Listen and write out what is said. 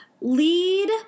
lead